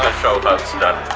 show but it's done!